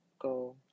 go